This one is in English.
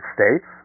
States